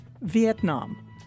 Vietnam